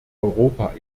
europa